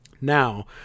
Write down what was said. Now